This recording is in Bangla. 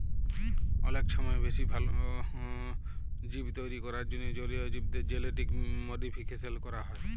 অলেক ছময় বেশি ভাল জীব তৈরি ক্যরার জ্যনহে জলীয় জীবদের জেলেটিক মডিফিকেশল ক্যরা হ্যয়